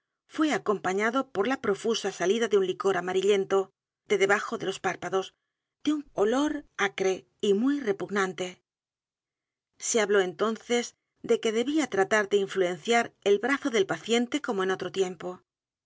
é acompañado por la profusa salida de un licor amarillento de debajo de los párpados de u n olor acre y m u y r e p u g n a n t e s e habló entonces d e que debía tratar de influenciar el brazo del paciente como en otro tiempo